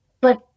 but-